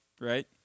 Right